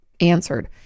answered